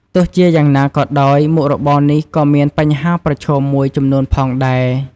ទោះជាយ៉ាងណាក៏ដោយ មុខរបរនេះក៏មានបញ្ហាប្រឈមមួយចំនួនផងដែរ។